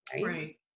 right